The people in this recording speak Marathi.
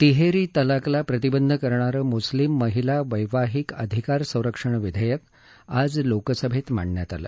तिहेरी तलाकला प्रतिबंध करणारं मुस्लिम महिला वैवाहीक अधिकार संरक्षण विधेयक आज लोकसभेत मांडण्यात आलं